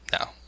No